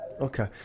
Okay